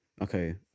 Okay